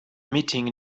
meeting